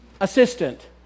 assistant